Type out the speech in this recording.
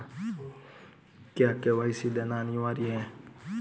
क्या के.वाई.सी देना अनिवार्य है?